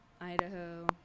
Idaho